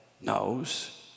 knows